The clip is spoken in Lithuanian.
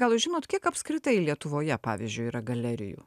gal jūs žinot kiek apskritai lietuvoje pavyzdžiui yra galerijų